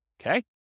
okay